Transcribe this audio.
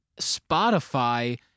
Spotify